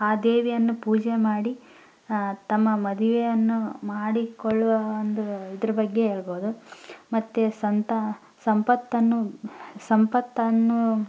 ಆ ದೇವಿಯನ್ನು ಪೂಜೆ ಮಾಡಿ ತಮ್ಮ ಮದುವೆಯನ್ನು ಮಾಡಿಕೊಳ್ಳುವ ಒಂದು ಇದ್ರ ಬಗ್ಗೆ ಹೇಳ್ಬೋದು ಮತ್ತು ಸಂತಾನ ಸಂಪತ್ತನ್ನು ಸಂಪತ್ತನ್ನು